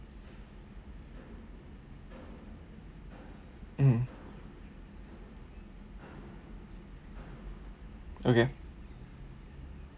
mm okay